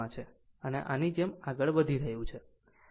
આમ તે આ ની જેમ આગળ વધી રહ્યું છે